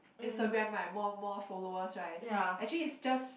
Instagram right more more followers right actually is just